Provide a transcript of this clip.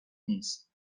نیست